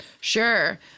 sure